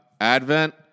Advent